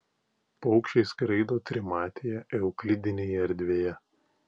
paukščiai skraido trimatėje euklidinėje erdvėje